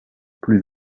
plus